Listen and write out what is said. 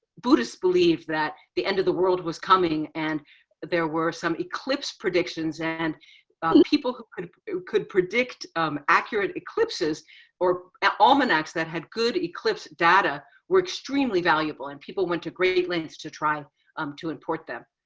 buddhist believe that the end of the world was coming. and there were some eclipse predictions and people who could who could predict accurate eclipses or almanacs that had good eclipse data were extremely valuable. and people went to great lengths to try um to import them.